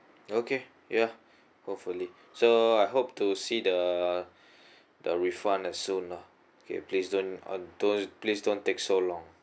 okay ya hopefully so I hope to see the the refund as soon lah okay please don't uh please don't take so long